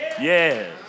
Yes